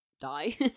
die